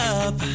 up